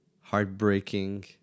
heartbreaking